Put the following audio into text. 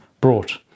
brought